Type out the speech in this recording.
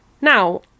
Now